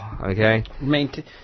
okay